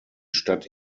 stadt